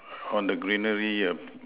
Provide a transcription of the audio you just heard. on the greenery